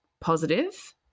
positive